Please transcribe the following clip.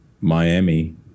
Miami